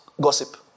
gossip